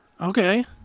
Okay